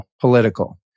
political